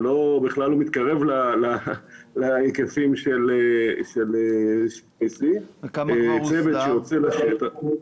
זה צוות שיוצא לשטח.